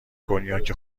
کنیاک